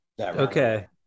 Okay